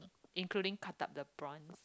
including cut up the prawns